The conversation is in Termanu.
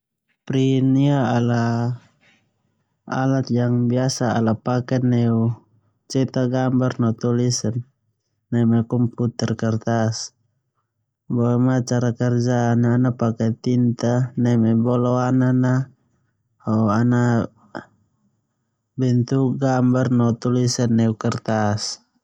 Print ia alat yang biasa ala paken neu cetak gambar no tulisan. Neme komputer kertas. Boema cara kerja ana pake tinta neme bolon anana na ho ana bentuk gambar no tulisan neu kertas.